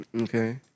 Okay